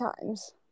times